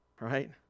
right